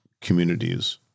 communities